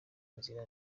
nzira